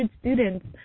students